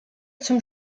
zum